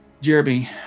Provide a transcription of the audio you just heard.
Jeremy